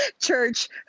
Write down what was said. church